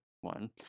one